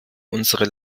unsere